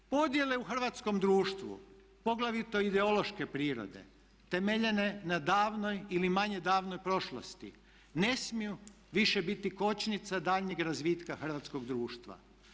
Podjele u hrvatskom društvu, poglavito ideološke prirode temeljene na davnoj ili manje davnoj prošlosti ne smiju više biti kočnica daljnjeg razvitka hrvatskog društva.